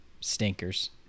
Stinkers